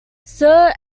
sir